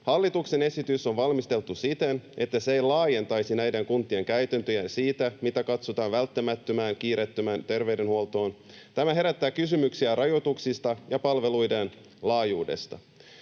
Hallituksen esitys on valmisteltu siten, että se ei laajentaisi näiden kuntien käytäntöjä siitä, mitä katsotaan välttämättömään, kiireettömään terveydenhuoltoon. Tämä herättää kysymyksiä rajoituksista ja palveluiden laajuudesta.